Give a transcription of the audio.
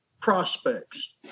prospects